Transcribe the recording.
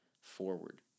forward